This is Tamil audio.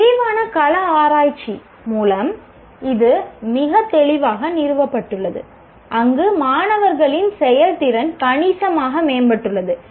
விரிவான கள ஆராய்ச்சி மூலம் இது மிகத் தெளிவாக நிறுவப்பட்டுள்ளது அங்கு மாணவர்களின் செயல்திறன் கணிசமாக மேம்பட்டுள்ளது